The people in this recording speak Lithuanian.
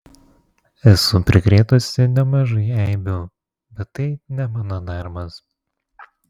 esu prikrėtusi nemažai eibių bet tai ne mano darbas